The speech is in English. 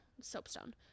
soapstone